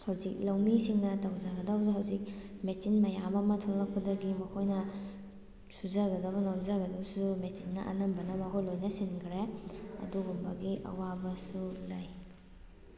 ꯍꯧꯖꯤꯛ ꯂꯧꯃꯤꯁꯤꯡꯅ ꯇꯧꯖꯒꯗꯕꯁꯨ ꯍꯧꯖꯤꯛ ꯃꯦꯆꯤꯟ ꯃꯌꯥꯝ ꯑꯃ ꯊꯣꯛꯂꯛꯄꯗꯒꯤ ꯃꯈꯣꯏꯅ ꯁꯨꯖꯒꯗꯕ ꯅꯣꯝꯖꯒꯗꯕꯁꯨ ꯃꯦꯆꯤꯟꯅ ꯑꯅꯝꯕꯅ ꯃꯍꯨꯠ ꯂꯣꯏꯅ ꯁꯤꯟꯈ꯭ꯔꯦ ꯑꯗꯨꯒꯨꯝꯕꯒꯤ ꯑꯋꯥꯕꯁꯨ ꯂꯩ